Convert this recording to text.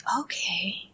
okay